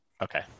okay